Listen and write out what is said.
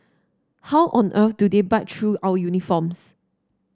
how on earth do they bite through our uniforms